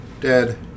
Dead